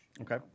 Okay